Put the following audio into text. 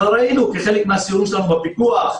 אבל ראינו כחלק מהסיורים שלנו בפיקוח,